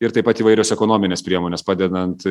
ir taip pat įvairios ekonominės priemonės padedant